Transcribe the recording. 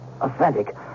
authentic